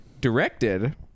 Directed